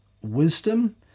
wisdom